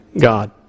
God